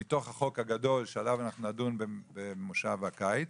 מתוך החוק הגדול שעליו אנחנו נדון בכנס הקיץ.